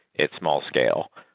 it's small-scale.